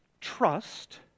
Trust